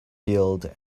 healed